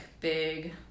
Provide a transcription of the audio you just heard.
big